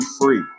free